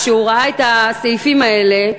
כשהוא ראה את הסעיפים האלה,